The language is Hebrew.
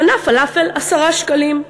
מנה פלאפל, 10 שקלים.